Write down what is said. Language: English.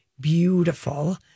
beautiful